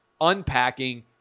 unpacking